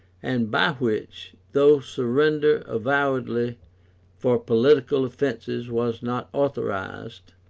and by which, though surrender avowedly for political offences was not authorized,